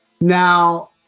now